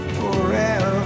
forever